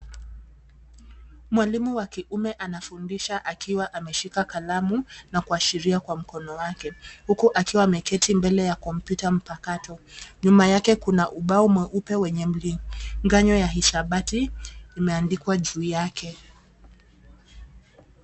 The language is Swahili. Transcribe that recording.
Mwalimu wa kiume anafundisha akiwa ameshika kalamu na kuashiria kwa mkono wake huku akiwa ameketi mbele ya kompyuta mpakato. Nyuma yake kuna ubao mweupe wenye mlinganyo ya hisabati imeandikwa juu yake.